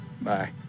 Bye